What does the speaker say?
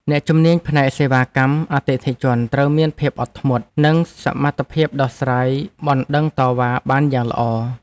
អ្នកជំនាញផ្នែកសេវាកម្មអតិថិជនត្រូវមានភាពអត់ធ្មត់ និងសមត្ថភាពដោះស្រាយបណ្តឹងតវ៉ាបានយ៉ាងល្អ។